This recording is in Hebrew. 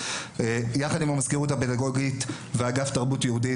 יחד עם המזכירות הפדגוגית ואגף תרבות יהודית,